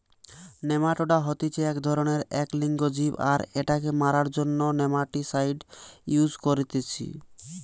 nematoda হতিছে এক ধরণেরএক লিঙ্গ জীব আর এটাকে মারার জন্য নেমাটিসাইড ইউস করতিছে